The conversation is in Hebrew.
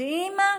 יודעים מה,